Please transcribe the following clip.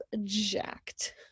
jacked